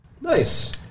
Nice